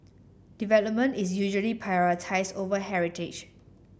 development is usually prioritised over heritage